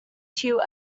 two